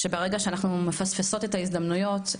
שברגע שאנחנו מפספסות את ההזדמנויות,